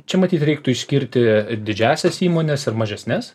čia matyt reiktų išskirti didžiąsias įmones ir mažesnes